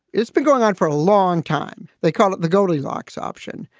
it's been going on for a long time. they call it the goldilocks option.